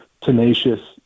tenacious